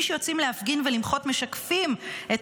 מי שיוצאים להפגין ולמחות משקפים את